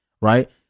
right